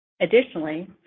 Additionally